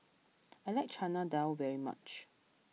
I like Chana Dal very much